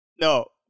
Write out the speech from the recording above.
no